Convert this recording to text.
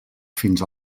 fins